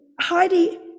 heidi